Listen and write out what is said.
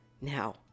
Now